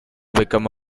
become